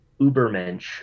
Ubermensch